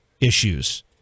issues